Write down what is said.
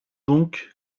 donc